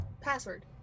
password